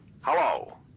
Hello